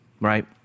right